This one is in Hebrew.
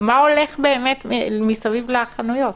מה הולך באמת מסביב לחנויות